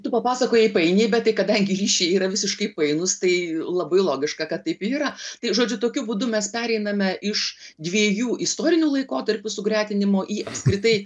tu papasakojai painiai bet tai kadangi ryšiai yra visiškai painūs tai labai logiška kad taip ir yra tai žodžiu tokiu būdu mes pereiname iš dviejų istorinių laikotarpių sugretinimo į apskritai